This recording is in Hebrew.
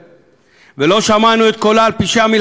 ולא שמענו את קולה על פשעי המלחמה המתרחשים